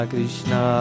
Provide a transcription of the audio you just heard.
Krishna